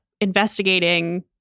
investigating